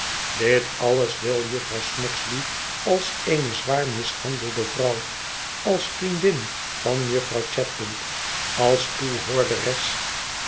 dit alles wil jufvrouw snagsby als eene zwaar mishandelde vrouw als vriendin van jufvrouw chadband als toehoorderes